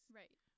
right